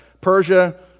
Persia